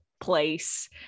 place